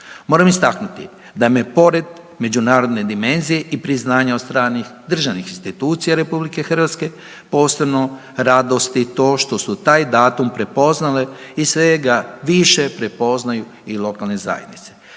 Moram istaknuti da me pored međunarodne dimenzije i priznanja od stranih državnih institucija RH posebno radosti to što su taj datum prepoznale i sve ga više prepoznaju i lokalne zajednice.